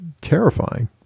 terrifying